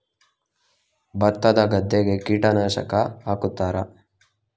ಭತ್ತದ ಗದ್ದೆಗೆ ಕೀಟನಾಶಕ ಹಾಕುತ್ತಾರಾ?